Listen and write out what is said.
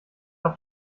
auf